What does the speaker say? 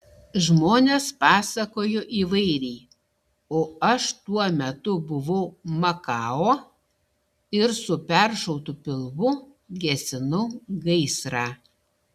žmonės pasakojo įvairiai o aš tuo metu buvau makao ir su peršautu pilvu gesinau gaisrą